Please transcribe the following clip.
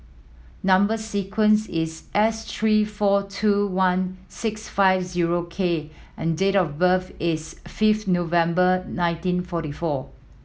number sequence is S three four two one six five zero K and date of birth is fifth November nineteen forty four